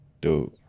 Dude